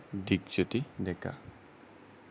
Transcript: Dipjyoti Deka